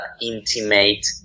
intimate